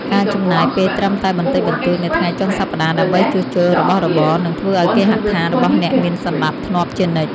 ការចំណាយពេលត្រឹមតែបន្តិចបន្តួចនៅថ្ងៃចុងសប្តាហ៍ដើម្បីជួសជុលរបស់របរ នឹងធ្វើឱ្យគេហដ្ឋានរបស់អ្នកមានសណ្តាប់ធ្នាប់ជានិច្ច។